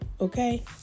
okay